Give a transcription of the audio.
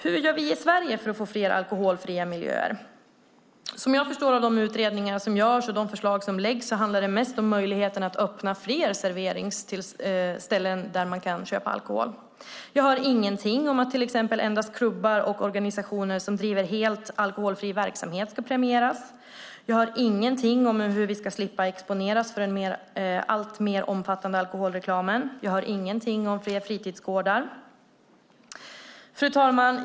Hur gör vi i Sverige för att få fler alkoholfria miljöer? Som jag förstår av de utredningar som görs och de förslag som läggs fram handlar det mest om möjligheten att öppna fler serveringsställen där man kan köpa alkohol. Jag hör ingenting om att till exempel endast klubbar eller organisationer som driver helt alkoholfri verksamhet ska premieras. Jag hör igenting om hur vi ska slippa exponeras för den alltmer omfattande alkoholreklamen. Jag hör ingenting om fler fritidsgårdar. Fru talman!